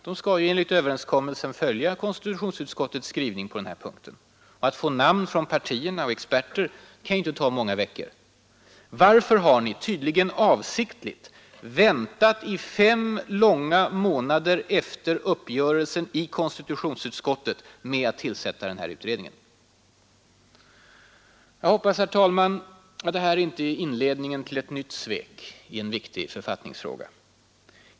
De skall ju enligt överenskommelsen följa konstitutionsutskottets skrivning på den här punkten. Att få namn på ledamöter från partierna och experter kan inte ta många veckor. Varför har ni, tydligen avsiktligt, väntat i fem långa månader efter uppgörelsen i konstitutionsutskottet med att tillsätta utredningen? Jag hoppas att det här inte är inledningen till ett nytt svek i författningsfrågan.